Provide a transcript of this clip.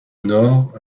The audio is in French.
nord